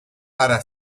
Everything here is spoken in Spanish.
para